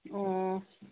ꯑꯣ